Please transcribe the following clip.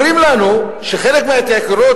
אומרים לנו שחלק מההתייקרויות,